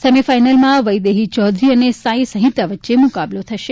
સેમીફાઇનલમાં વૈદેહી ચૌધરી અને સાઇ સહિંતા વચ્ચે મુકબલો થશે